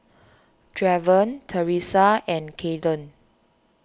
Draven Teressa and Kaeden